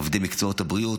עובדי מקצועות הבריאות,